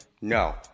no